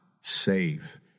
save